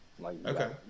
Okay